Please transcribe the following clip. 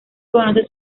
conoce